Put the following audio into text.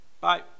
Bye